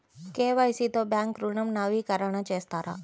KYC తో bank ఋణం నవీకరణ చేస్తారా?